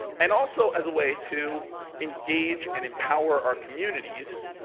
and also as a way to engage and empower our communities,